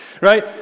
Right